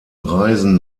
reisen